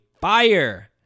fire